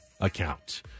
account